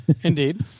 Indeed